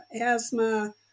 asthma